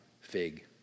fig